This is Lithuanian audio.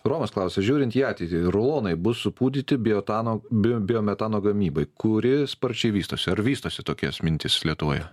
romas klausia žiūrint į ateitį rulonai bus supūdyti biotano bio biometano gamybai kuri sparčiai vystosi ar vystosi tokias mintys lietuvoje